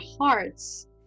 hearts